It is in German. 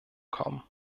kommen